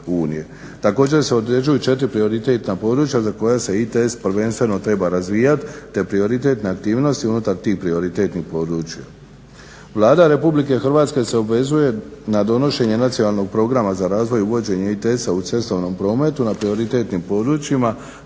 Također se određuju četiri prioritetna područja za koje se ITS prvenstveno treba razvijati, te prioritetne aktivnosti unutar tih prioritetnih područja. Vlada Republike Hrvatske se obvezuje na donošenje Nacionalnog programa za razvoj i uvođenje ITS-a u cestovnom prometu na prioritetnim područjima